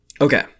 Okay